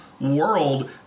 world